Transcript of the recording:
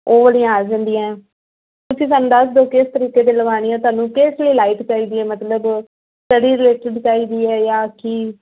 ਉਹ ਵਾਲੀਆਂ ਆ ਜਾਂਦੀਆਂ ਹੈ ਤੁਸੀਂ ਸਾਨੂੰ ਦੱਸ ਦਿਓ ਕਿਸ ਤਰੀਕੇ ਦੀਆਂ ਲਵਾਣੀਆਂ ਤੁਹਾਨੂੰ ਕਿਸ ਲਈ ਲਾਈਟ ਚਾਹੀਦੀ ਹੈ ਸਟੱਡੀ ਰਿਲੇਟਡ ਚਾਹੀਦੀ ਹੈ ਜਾਂ ਕੀ